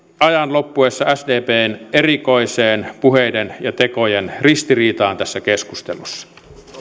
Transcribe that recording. ajan nyt loppuessa sdpn erikoiseen puheiden ja tekojen ristiriitaan tässä keskustelussa